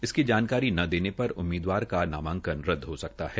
इसकी जानकारी न होने पर उम्मीदवार का नामांकन रद्द हो सकता है